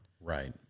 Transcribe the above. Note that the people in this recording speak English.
Right